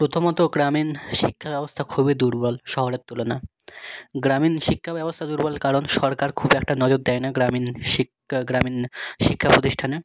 প্রথমত গ্রামীণ শিক্ষাব্যবস্থা খুবই দুর্বল শহরের তুলনায় গ্রামীণ শিক্ষাব্যবস্থা দুর্বল কারণ সরকার খুব একটা নজর দেয় না গ্রামীণ শিক্ষা গ্রামীণ শিক্ষা প্রতিষ্ঠানে